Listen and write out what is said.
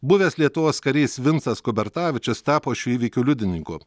buvęs lietuvos karys vincas kubertavičius tapo šių įvykių liudininku